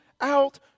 out